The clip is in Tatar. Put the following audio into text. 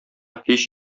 һич